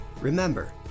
Remember